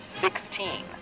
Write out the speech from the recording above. Sixteen